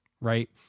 Right